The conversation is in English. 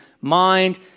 mind